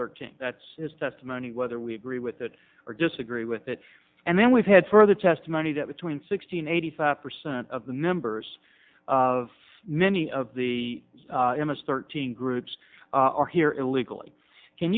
asserting that's his testimony whether we agree with it or disagree with it and then we've had further testimony that between sixty and eighty five percent of the members of many of the image thirteen groups are here illegally can